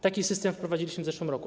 Taki system wprowadziliśmy w zeszłym roku.